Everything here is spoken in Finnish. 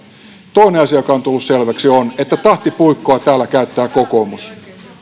toinen asia joka on tullut selväksi on että tahtipuikkoa täällä käyttää kokoomus